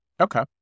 Okay